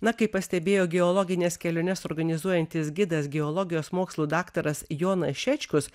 na kaip pastebėjo geologines keliones organizuojantis gidas geologijos mokslų daktaras jonas šečkus